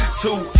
two